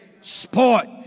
sport